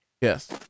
yes